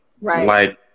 Right